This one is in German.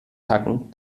tacken